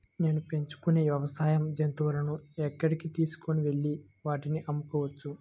నేను పెంచుకొనే వ్యవసాయ జంతువులను ఎక్కడికి తీసుకొనివెళ్ళి వాటిని అమ్మవచ్చు?